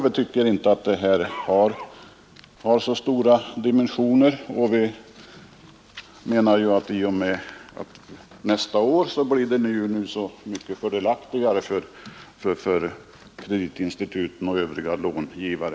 Vi tycker inte att denna fråga har så stor räckvidd, eftersom förhållandena i sådana här fall från och med nästa års början blir mycket fördelaktigare för kreditinstituten och övriga långivare.